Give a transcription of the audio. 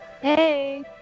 Hey